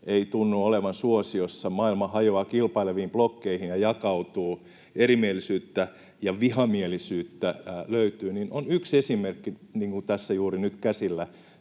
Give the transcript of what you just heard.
ei tunnu olevan suosiossa, maailma hajoaa kilpaileviin blokkeihin ja jakautuu, erimielisyyttä ja vihamielisyyttä löytyy, on yksi esimerkki tässä juuri nyt käsillä